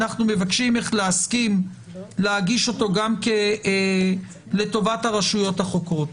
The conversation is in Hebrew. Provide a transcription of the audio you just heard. אנחנו מבקשים ממך להסכים להגיש אותו גם לטובת הרשויות החוקרות,